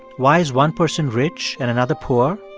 why is one person rich and another poor?